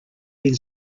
been